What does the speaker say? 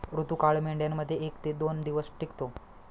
ऋतुकाळ मेंढ्यांमध्ये एक ते दोन दिवस टिकतो